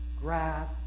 grass